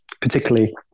particularly